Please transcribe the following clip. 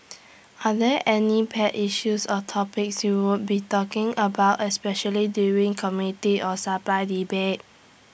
are there any pet issues or topics you would be talking about especially during committee of supply debate